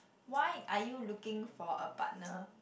why are you looking for a partner